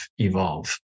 evolve